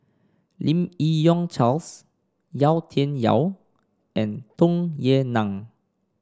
Lim Yi Yong Charles Yau Tian Yau and Tung Yue Nang